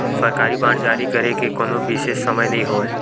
सरकारी बांड जारी करे के कोनो बिसेस समय नइ होवय